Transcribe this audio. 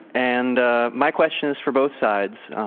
and ah my question is for both sides.